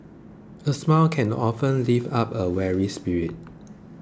a smile can often lift up a weary spirit